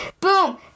Boom